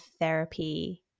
therapy